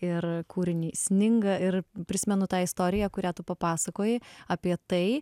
ir kūrinį sninga ir prisimenu tą istoriją kurią tu papasakojai apie tai